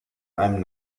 einem